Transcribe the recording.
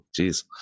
Jeez